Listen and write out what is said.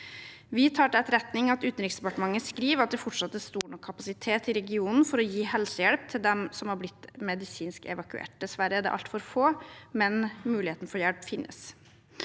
Vi tar til etterretning at Utenriksdepartementet skriver at det fortsatt er stor nok kapasitet i regionen til å gi helsehjelp til dem som har blitt medisinsk evakuert. Dessverre er det altfor få, men muligheten for hjelp finnes.